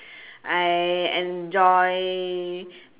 I enjoy